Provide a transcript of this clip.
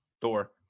Thor